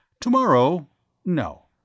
Tomorrow—no